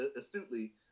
astutely